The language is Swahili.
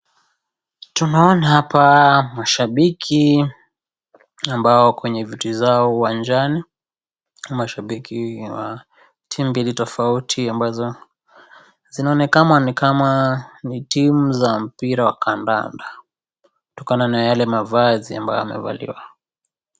Tunaona hapa mashabiki ambao kwenye viti zao uwanjani mashabiki wa timu mbili tofauti ambazo zinaonekana ni kama ni timu za mpira wa kandanda kutokana na yale mavazi ambayo yamevaliwa.